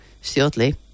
shortly